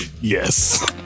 yes